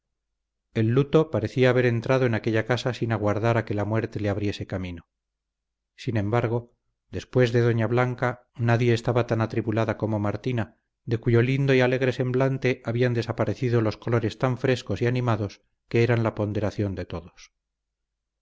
el luto parecía haber entrado en aquella casa sin aguardar a que la muerte le abriese camino sin embargo después de doña blanca nadie estaba tan atribulada como martina de cuyo lindo y alegre semblante habían desaparecido los colores tan frescos y animados que eran la ponderación de todos